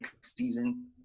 season